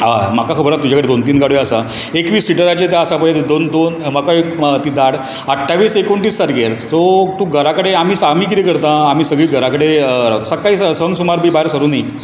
हय म्हाका खबर आसा तुजे कडेन दोन तीन गाडयो आसा एकवीस सिटराच्यो आसा पय त्यो दोन दोन म्हाका एक धाड अठ्ठावीस एकोणतीस तारकेर सो तूं घरा कडेन आमी कितें करतां आमी घरा कडेन सकाळी संक सुमार भायर सरोनी